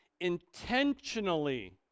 intentionally